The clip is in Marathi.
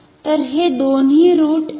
तर हे दोन्ही रुट रियल असतील